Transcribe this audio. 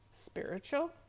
Spiritual